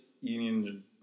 Union